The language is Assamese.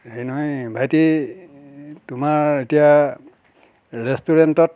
হেৰি নহয় ভাইটি তোমাৰ এতিয়া ৰেষ্টুৰেণ্টত